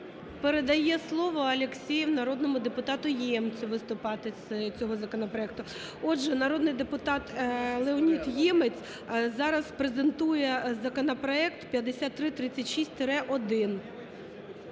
Передає слово Алєксєєв народному депутату Ємцю виступати з цього законопроекту. Отже, народний депутат Леонід Ємець зараз презентує законопроект 5336-1.